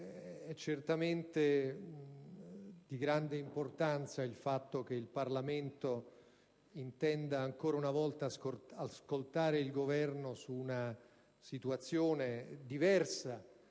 è certamente di grande importanza il fatto che il Parlamento intenda ancora una volta ascoltare il Governo su una situazione diversa